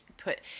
put